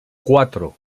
cuatro